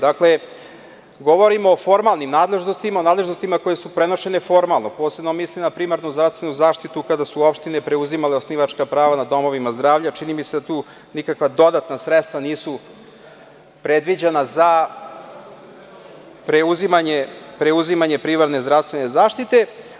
Dakle, govorimo o formalnim nadležnostima, nadležnostima koje su prenešene formalno, a posebno mislim na primarnu zdravstvenu zaštitu, kada su opštine preuzimale osnivačka prava nad domovima zdravlja, čini mi se da tu nikakva dodatna sredstva nisu predviđena za preuzimanje primarne zdravstvene zaštite.